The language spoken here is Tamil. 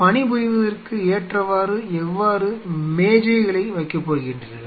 பணிபுரிவதற்கு ஏற்றவாறு எவ்வாறு மேஜைகளை வைக்கப் போகின்றீர்கள்